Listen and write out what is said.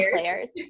players